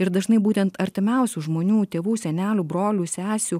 ir dažnai būtent artimiausių žmonių tėvų senelių brolių sesių